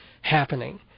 happening